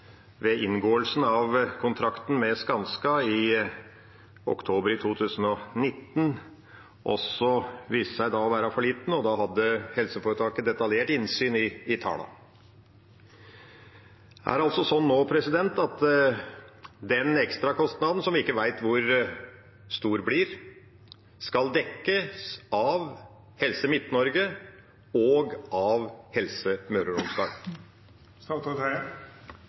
ved inngåelsen av kontrakten med Skanska i oktober 2019 også viste seg å være for liten. Og da hadde helseforetaket detaljert innsyn i tallene. Er det nå sånn at den ekstrakostnaden, som vi ikke vet hvor stor blir, skal dekkes av Helse Midt-Norge og Helse Møre og